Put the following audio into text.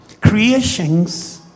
creations